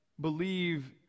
believe